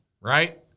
right